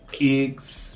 eggs